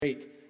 Great